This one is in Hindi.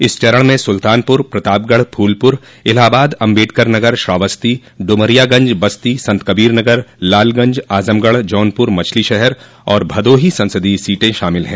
इस चरण में सुल्तानपुर प्रतापगढ़ फूलपुर इलाहाबाद अम्बेडकरनगर श्रावस्ती डुमरियागंज बस्ती संतकबीरनगर लालगंज आजमगढ़ जौनपुर मछलीशहर और भदोही संसदीय सीटें शामिल हैं